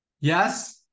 Yes